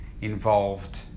involved